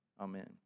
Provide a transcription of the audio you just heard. Amen